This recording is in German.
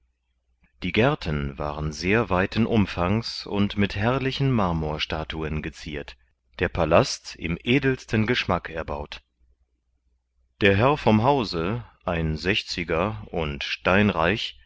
die gärten waren sehr weiten umfangs und mit herrlichen marmorstatuen geziert der palast im edelsten geschmack erbaut der herr vom hause ein sechsziger und steinreich